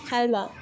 halwa